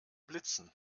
blitzen